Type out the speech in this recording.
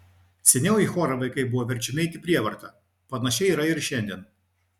seniau į chorą vaikai buvo verčiami eiti prievarta panašiai yra ir šiandien